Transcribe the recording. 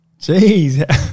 Jeez